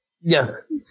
Yes